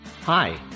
Hi